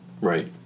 right